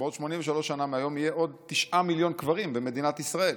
בעוד 83 שנה מהיום יהיו עוד 9 מיליון קברים במדינת ישראל.